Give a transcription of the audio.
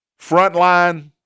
Frontline